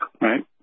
right